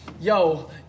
Yo